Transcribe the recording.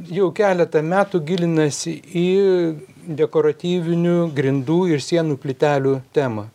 jau keletą metų gilinasi į dekoratyvinių grindų ir sienų plytelių temą